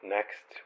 Next